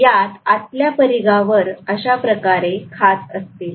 यात आतल्या परिघावर अशाप्रकारे खाच असतील